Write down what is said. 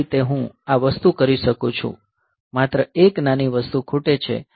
આ રીતે હું આ વસ્તુ કરી શકું છું માત્ર એક નાની વસ્તુ ખૂટે છે